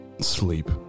sleep